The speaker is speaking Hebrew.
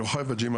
יוחאי וג׳ימה,